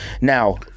Now